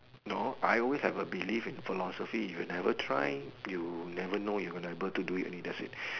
know I always have a belief in philosophy if you never try you never know you gonna able to do it only that's it